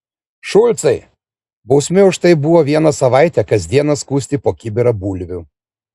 šulcai bausmė už tai buvo vieną savaitę kas dieną skusti po kibirą bulvių